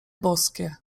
boskie